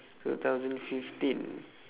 two thousand fifteen